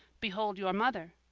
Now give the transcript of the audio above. behold, your mother!